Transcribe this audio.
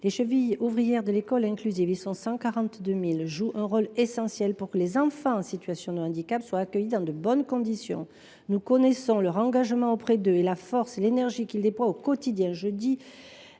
000 chevilles ouvrières de l’école inclusive jouent un rôle essentiel pour que les enfants en situation de handicap soient accueillis dans de bonnes conditions. Nous connaissons leur engagement auprès d’eux et la force et l’énergie qu’ils déploient au quotidien.